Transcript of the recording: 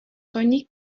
rené